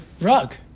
rug